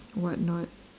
what not